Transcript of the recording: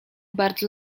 bardzo